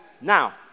Now